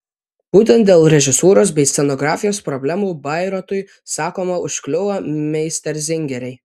būtent dėl režisūros bei scenografijos problemų bairoitui sakoma užkliuvo meisterzingeriai